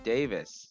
Davis